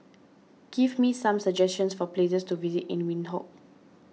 give me some suggestions for places to visit in Windhoek